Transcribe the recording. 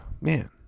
man